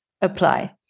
apply